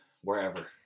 Wherever